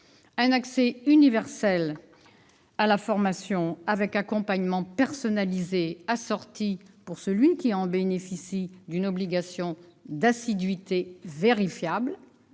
un accès universel à la formation avec accompagnement personnalisé, assorti pour le bénéficiaire d'une obligation d'assiduité vérifiable-